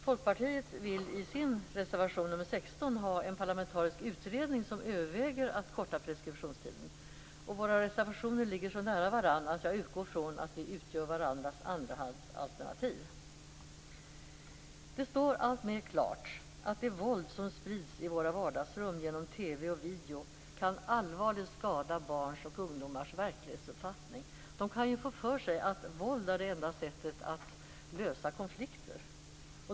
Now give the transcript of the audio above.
Folkpartiet skriver i sin reservation 16 att man vill ha en parlamentarisk utredning som överväger att korta preskriptionstiden. Våra reservationer ligger så nära varandras att jag utgår från att vi utgör varandras andrahandsalternativ. Det står alltmer klart att det våld som sprids i våra vardagsrum genom TV och video allvarligt kan skada barns och ungdomars verklighetsuppfattning. De kan ju få för sig att våld är det enda sättet att lösa konflikter.